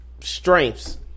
strengths